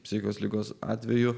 psichikos ligos atveju